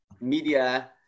media